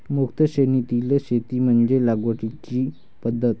मुक्त श्रेणीतील शेती म्हणजे लागवडीची पद्धत